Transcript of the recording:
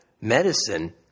medicine